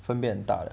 分别很大